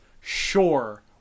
Sure